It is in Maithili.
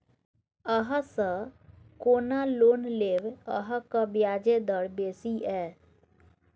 अहाँसँ कोना लोन लेब अहाँक ब्याजे दर बेसी यै